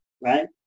Right